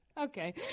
Okay